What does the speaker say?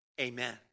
Amen